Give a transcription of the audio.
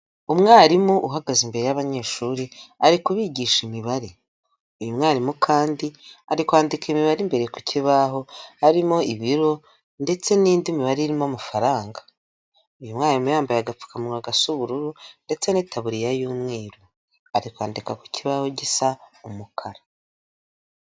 Umwarimu uhagaze imbere y'abanyeshuri, ari kubigisha imibare, uyu mwarimu kandi, ari kwandika imibare imbere ku kibaho, harimo ibiro, ndetse n'indi mibare irimo amafaranga, uyu mwarimu yambaye agapfukamunwa gasa ubururu, ndetse n'itaburiya y'umweru, ari kwandika ku kibaho gisa umukara.